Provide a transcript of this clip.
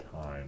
time